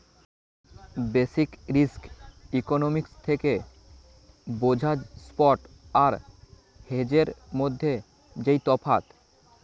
basic risk economics থেকে বোঝা spot আর হেজের মধ্যে যেই তফাৎ